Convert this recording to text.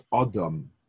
Adam